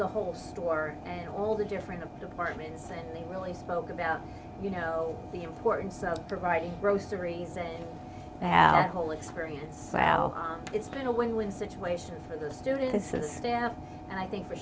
the whole store and all the different departments and they really spoke about you know the importance of providing groceries and that whole experience sal it's been a win win situation for the students the staff and i think